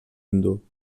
hindú